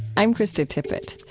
i'm krista tippett.